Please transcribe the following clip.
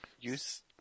use